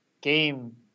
game